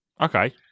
okay